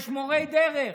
יש מורי דרך.